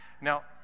Now